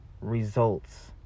results